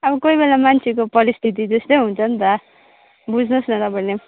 अब कोही बेला मान्छेको परिस्थिति त्यस्तै हुन्छ नि त बुझ्नुहोस् न तपाईँले